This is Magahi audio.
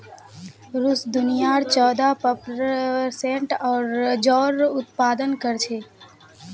रूस दुनियार चौदह प्परसेंट जौर उत्पादन कर छेक